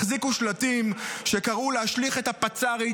החזיקו שלטים שקראו להשליך לכלא את הפצ"רית,